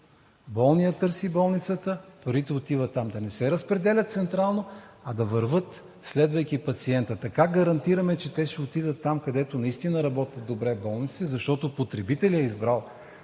Болният търси болницата, парите отиват там. Да не се разпределят централно, а да вървят, следвайки пациента. Така гарантираме, че те ще отидат там, където наистина работят добре болниците, защото потребителят е избрал